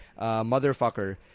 motherfucker